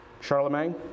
Charlemagne